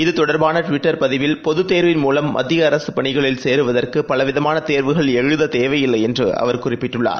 இது தொடர்பானட்விட்டர் பதிவில் பொதுத் தேர்வின் மூலம் மத்தியஅரசுபணிகளில் சேருவதற்குபலவிதமானதேர்வுகள் எழுததேவையில்லைஎன்றுஅவர் குறிப்பிட்டுள்ளார்